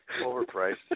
Overpriced